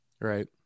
Right